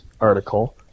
article